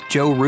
Joe